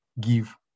give